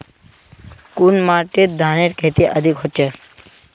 कुन माटित धानेर खेती अधिक होचे?